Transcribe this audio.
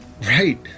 Right